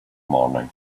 morning